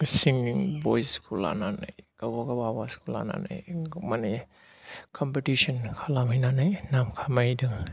सिंगिं भइसखौ लानानै गावबा गाव आवासखौ लानानै माने कम्पिटिसन खालामहैनानै नाम खामायदों